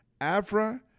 Avra